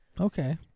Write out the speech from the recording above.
Okay